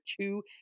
two